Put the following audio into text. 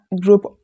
group